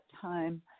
time